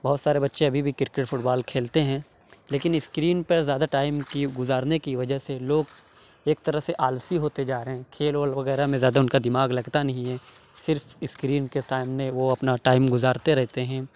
بہت سارے بچے ابھی بھی کرکٹ فٹ بال کھیلتے ہیں لیکن اسکرین پر زیادہ ٹائم کی گُزارنے کی وجہ سے لوگ ایک طرح سے آلسی ہوتے جا رہے ہیں کھیل ویل وغیرہ میں زیادہ ان کا دِماغ لگتا نہیں ہے صرف اسکرین کے سامنے وہ اپنا ٹائم گزارتے رہتے ہیں